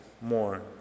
more